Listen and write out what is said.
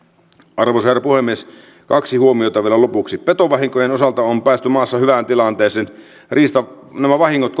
arvoisa herra puhemies kaksi huomiota vielä lopuksi petovahinkojen osalta on päästy maassa hyvään tilanteeseen nämä vahingot